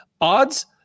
Odds